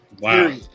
wow